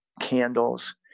candles